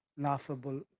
laughable